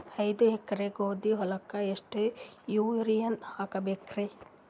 ಐದ ಎಕರಿ ಗೋಧಿ ಹೊಲಕ್ಕ ಎಷ್ಟ ಯೂರಿಯಹಾಕಬೆಕ್ರಿ?